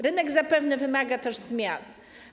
Rynek zapewne wymaga też zmian.